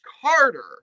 Carter